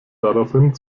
daraufhin